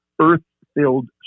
earth-filled